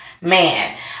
man